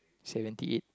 seventy eight